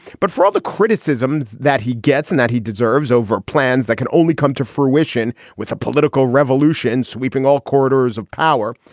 but for all the criticisms that he gets and that he deserves over plans that can only come to fruition with a political revolution sweeping all corridors of power.